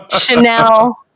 Chanel